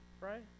Right